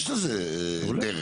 יש לזה דרך.